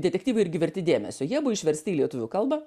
detektyvai irgi verti dėmesio jie buvo išversti į lietuvių kalbą